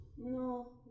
No